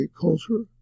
culture